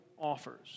offers